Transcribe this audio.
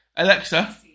Alexa